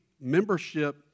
membership